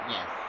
Yes